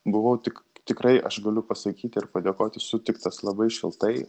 buvau tik tikrai aš galiu pasakyti ir padėkoti sutiktas labai šiltai